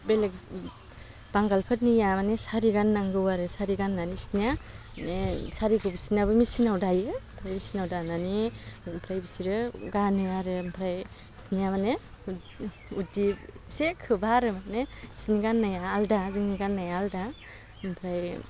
बेलेक बांगालफोरनिया माने सारि गाननांगौ आरो सारि गान्नानै बिसोरनिया माने सारिखौ बिसिनाबो मेचिनाव दायो मेचिनाव दानानै ओमफ्राय बिसोरो गानो आरो ओमफ्राय बिसोरनिया माने बिदि इसे खोबा आरो माने बिसोरनि गान्नाया आलदा जोंनि गान्नाया आलदा ओमफ्राय